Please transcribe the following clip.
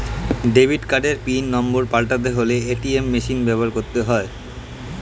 debit কার্ডের pin নম্বর পাল্টাতে হলে এ.টি.এম মেশিন ব্যবহার করতে হয়